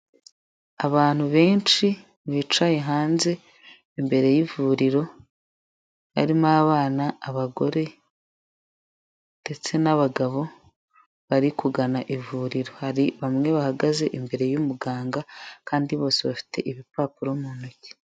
Abantu benshi bicaye hanze imbere y'ivuriro, harimo abana, abagore ndetse n'abagabo bari kugana ivuriro, hari bamwe bahagaze imbere y'umuganga kandi bose bafite ibipapuro mu ntoki.